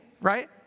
right